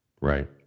Right